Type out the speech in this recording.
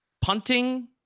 punting